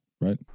right